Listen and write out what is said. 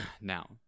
Now